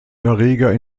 erreger